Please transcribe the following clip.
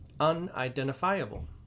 Unidentifiable